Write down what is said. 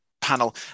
panel